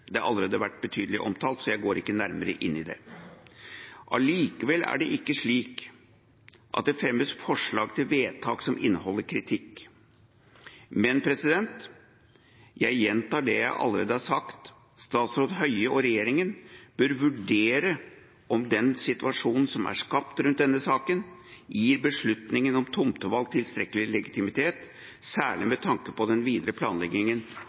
Det har allerede vært betydelig omtalt, så jeg går ikke nærmere inn i det. Allikevel er det ikke slik at det fremmes forslag til vedtak som inneholder kritikk. Men jeg gjentar det jeg allerede har sagt: Statsråd Høie og regjeringa bør vurdere om den situasjonen som er skapt rundt denne saken, gir beslutningen om tomtevalg tilstrekkelig legitimitet, særlig med tanke på den videre planleggingen